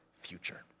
future